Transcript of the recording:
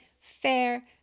fair